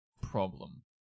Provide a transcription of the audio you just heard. problem